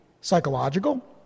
psychological